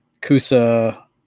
Kusa